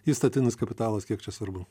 įstatinis kapitalas kiek čia svarbu